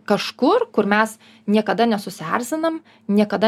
kažkur kur mes niekada nesusierzinam niekada